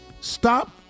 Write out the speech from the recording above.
stop